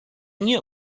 nie